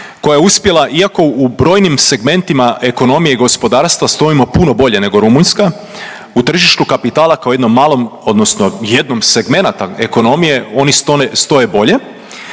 koja je uspjela iako u brojnim segmentima ekonomije i gospodarstva stojimo puno bolje nego Rumunjska, u tržištu kapitala kao jednom malom odnosno jednom segmenata ekonomije oni stoje bolje,